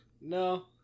no